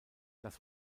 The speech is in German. dass